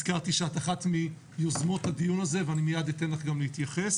הזכרתי שאת אחת מיוזמות הדיון הזה ואני מייד אתן לך גם להתייחס.